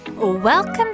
Welcome